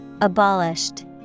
Abolished